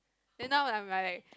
then now I'm like